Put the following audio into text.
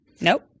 Nope